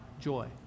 joy